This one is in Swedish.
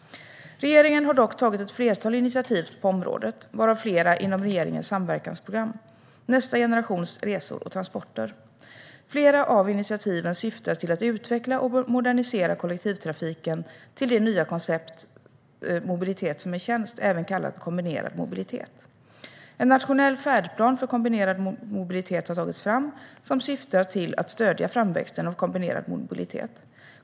Regeringen har dock tagit ett flertal initiativ på området, varav flera inom regeringens samverkansprogram Nästa generations resor och transporter. Flera av initiativen syftar till att utveckla och modernisera kollektivtrafiken till det nya konceptet mobilitet som en tjänst, även kallat kombinerad mobilitet. En nationell färdplan för kombinerad mobilitet har tagits fram som syftar till att stödja framväxten av kombinerad mobilitet.